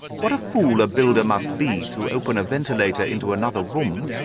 what a fool a builder must be to open a ventilator into another room,